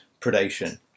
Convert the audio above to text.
predation